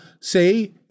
say